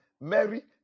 Mary